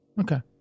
Okay